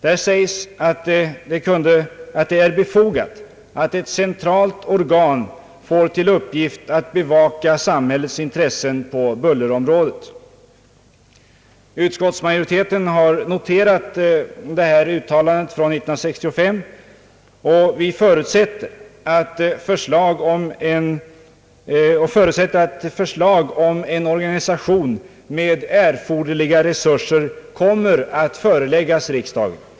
Däri sägs att det är befogat att ett centralt organ får till uppgift att bevaka samhällets intressen på bullerområdet. Utskottet har noterat detta uttalande från 1965, och förutsätter att förslag om en organisation med erforderliga resurser kommer att föreläggas riksdagen.